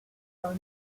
are